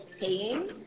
paying